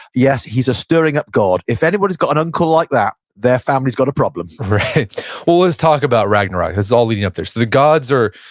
yeah, he's a stirring up god. if anybody's got an uncle like that, their family's got a problem right. well, let's talk about ragnarok cause it's all leading up there. the gods are,